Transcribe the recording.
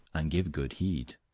and give good heed.